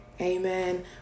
amen